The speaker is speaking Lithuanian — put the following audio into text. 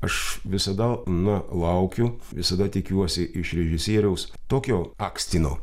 aš visada na laukiu visada tikiuosi iš režisieriaus tokio akstino